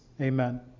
Amen